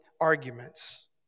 arguments